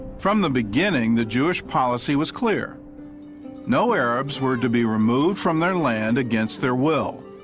from the beginning, the jewish policy was clear no arabs were to be removed from their land against their will.